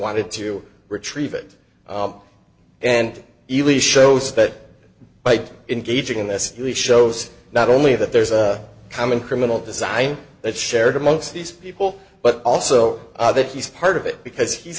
wanted to retrieve it and even shows that by engaging in this really shows not only that there's a common criminal design that shared amongst these people but also that he's part of it because he's